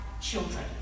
children